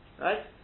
Right